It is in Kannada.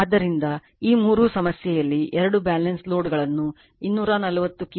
ಆದ್ದರಿಂದ ಈ ಮೂರು ಸಮಸ್ಯೆಯಲ್ಲಿ ಎರಡು ಬ್ಯಾಲೆನ್ಸ್ ಲೋಡ್ಗಳನ್ನು 240 ಕೆ